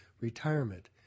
retirement